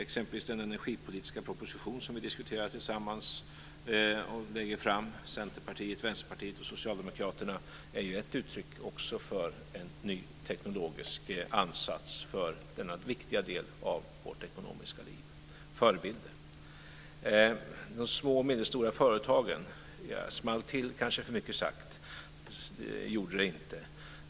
Exempelvis är den energipolitiska proposition som vi lägger fram tillsammans ett uttryck för en ny teknologisk ansats för denna viktiga del av vårt ekonomiska liv. I fråga om de små och medelstora företagen är det kanske för mycket sagt att det small till. Det gjorde det inte.